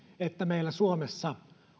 että meillä suomessa